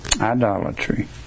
idolatry